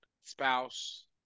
spouse